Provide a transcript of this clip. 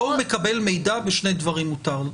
פה הוא מקבל מידע, ושני דברים מותר לו,